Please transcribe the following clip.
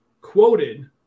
quoted